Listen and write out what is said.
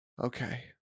Okay